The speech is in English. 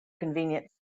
convenience